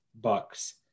Bucks